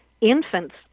infants